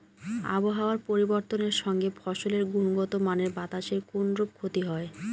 আবহাওয়ার পরিবর্তনের সঙ্গে ফসলের গুণগতমানের বাতাসের কোনরূপ ক্ষতি হয়?